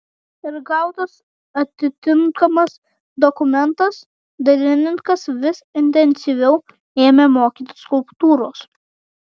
ir gautas atitinkamas dokumentas dailininkas vis intensyviau ėmė mokytis skulptūros